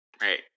Right